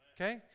Okay